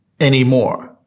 anymore